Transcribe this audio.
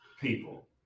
people